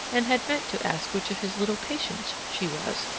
and had meant to ask which of his little patients she was.